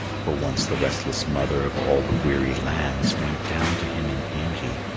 for once the restless mother of all the weary lands went down to him in beauty,